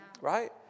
right